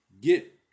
get